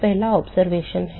तो यह पहला अवलोकन है